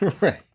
Right